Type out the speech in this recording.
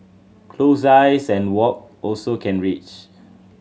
close eyes and walk also can reach